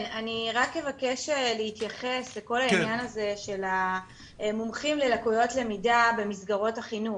אני מבקשת להתייחס לעניין של מומחים ללקויות למידה במסגרות החינוך.